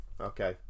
Okay